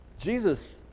Jesus